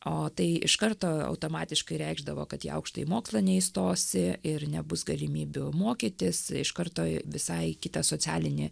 o tai iš karto automatiškai reikšdavo kad į aukštąjį mokslą neįstosi ir nebus galimybių mokytis iš karto visai kitą socialinį